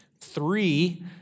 three –